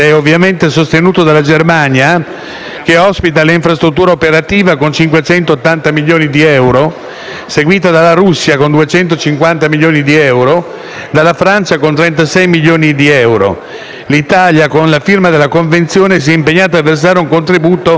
che ospita le infrastrutture operative, con 580 milioni di euro, seguita dalla Russia, con 250 milioni di euro, e dalla Francia con 36 milioni di euro. L'Italia, con la firma della Convenzione, si è impegnata a versare un contributo di 33 milioni di euro.